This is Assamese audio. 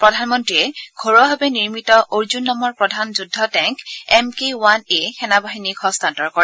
প্ৰধানমন্ত্ৰীয়ে ঘৰুৱা ভাৱে সাজি নিৰ্মিত অৰ্জন নামৰ প্ৰধান যুদ্ধ tank M K one A সেনাবাহিনীক হস্তান্তৰ কৰে